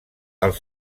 els